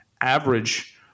average